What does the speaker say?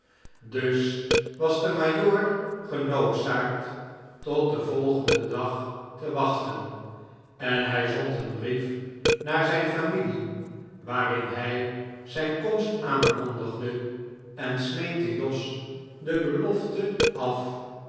dus was de majoor genoodzaakt tot den volgenden dag te wachten en hij zond een brief naar zijn familie waarin hij zijn komst aankondigde en smeekte jos de belofte af